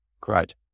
Great